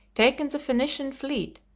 taken the phoenician fleet,